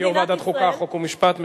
יושב-ראש ועדת החוקה, חוק ומשפט מתקן: